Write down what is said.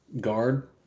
guard